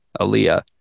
Aaliyah